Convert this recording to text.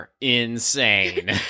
insane